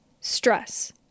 stress